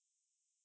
unique